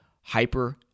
hyper